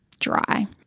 dry